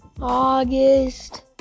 August